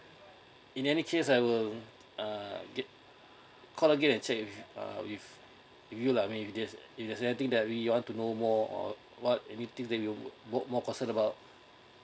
in any case I will uh get call again and check if uh if you like maybe if if there's anything that we want to know more or lot anything that you would more more concern about